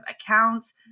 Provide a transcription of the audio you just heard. accounts